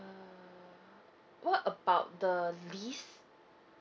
uh what about the lease